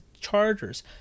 chargers